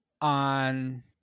on